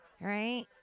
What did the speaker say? right